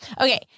Okay